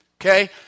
okay